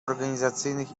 organizacyjnych